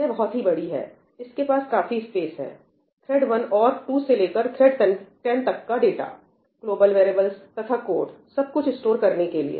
यह बहुत ही बड़ी है इसके पास काफी स्पेस है थ्रेड 1 और 2 से लेकर थ्रेड 10 तक का डाटा ग्लोबल वेरिएबलस तथा कोड सब कुछ स्टोर करने के लिए